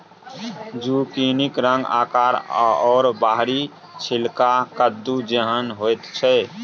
जुकिनीक रंग आकार आओर बाहरी छिलका कद्दू जेहन होइत छै